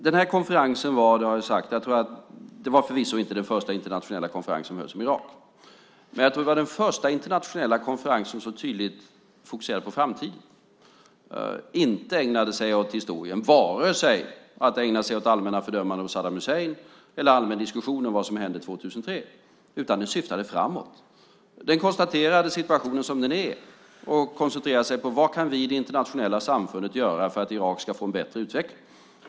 Den här konferensen var förvisso inte den första internationella konferensen om Irak, men det var den första internationella konferensen som tydligt fokuserade på framtiden och inte ägnade sig åt historien - inte vare sig åt allmänna fördömanden av Saddam Hussein eller åt en allmän diskussion om vad som hände 2003. Konferensen syftade framåt. Den konstaterade situationen som den är och koncentrerade sig på vad vi i det internationella samfundet kan göra för att Irak ska få en bättre utveckling.